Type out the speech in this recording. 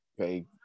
Okay